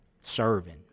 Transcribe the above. serving